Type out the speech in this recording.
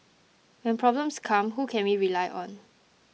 when problems come who can we rely on